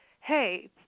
hey